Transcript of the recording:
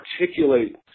articulate